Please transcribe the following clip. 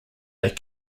that